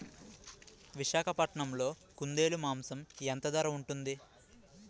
విశాఖపట్నంలో కుందేలు మాంసం ఎంత ధర ఉంటుంది?